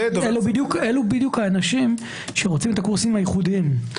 אלו בדיוק האנשים שרוצים את הקורסים הייחודיים.